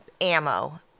ammo